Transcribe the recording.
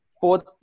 fourth